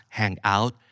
hangout